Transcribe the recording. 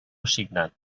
assignat